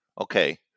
Okay